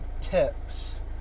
tips